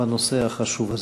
בנושא החשוב הזה.